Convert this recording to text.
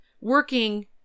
working